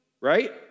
Right